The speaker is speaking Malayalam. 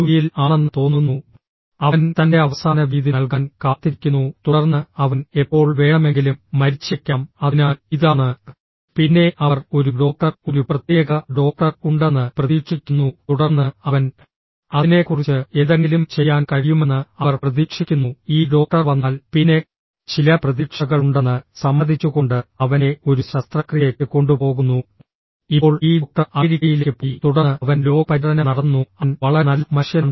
യിൽ ആണെന്ന് തോന്നുന്നു അവൻ തന്റെ അവസാന വീതി നൽകാൻ കാത്തിരിക്കുന്നു തുടർന്ന് അവൻ എപ്പോൾ വേണമെങ്കിലും മരിച്ചേക്കാം അതിനാൽ ഇതാണ് പിന്നെ അവർ ഒരു ഡോക്ടർ ഒരു പ്രത്യേക ഡോക്ടർ ഉണ്ടെന്ന് പ്രതീക്ഷിക്കുന്നു തുടർന്ന് അവൻ അതിനെക്കുറിച്ച് എന്തെങ്കിലും ചെയ്യാൻ കഴിയുമെന്ന് അവർ പ്രതീക്ഷിക്കുന്നു ഈ ഡോക്ടർ വന്നാൽ പിന്നെ ചില പ്രതീക്ഷകളുണ്ടെന്ന് സമ്മതിച്ചുകൊണ്ട് അവനെ ഒരു ശസ്ത്രക്രിയയ്ക്ക് കൊണ്ടുപോകുന്നു ഇപ്പോൾ ഈ ഡോക്ടർ അമേരിക്കയിലേക്ക് പോയി തുടർന്ന് അവൻ ലോക പര്യടനം നടത്തുന്നു അവൻ വളരെ നല്ല മനുഷ്യനാണ്